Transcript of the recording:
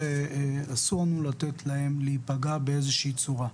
שאסון הוא לתת להם להיפגע באיזו שהיא צורה.